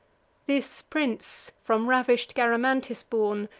this prince, from ravish'd garamantis born,